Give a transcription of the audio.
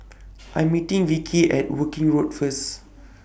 I'm meeting Vickey At Woking Road First